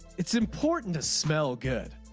it's important to smell good.